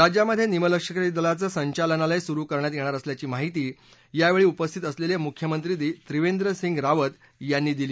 राज्यामध्ये निमलष्करी दलाचं संचालनालय सुरु करण्यात येणार असल्याची माहिती यावेळी उपस्थित असलेले मुख्यमंत्री त्रिवेंद्रसिंग रावत यांनी दिली